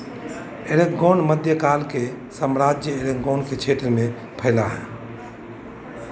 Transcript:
argon मध्यकाल के साम्राज्य एरेगॉन के क्षेत्र में फैला है